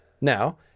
Now